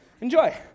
enjoy